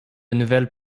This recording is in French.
nouvelles